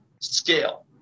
scale